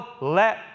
let